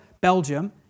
Belgium